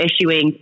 issuing